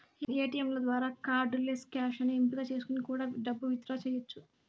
ఏటీయంల ద్వారా cardless cash అనే ఎంపిక చేసుకొని కూడా డబ్బు విత్ డ్రా చెయ్యచ్చు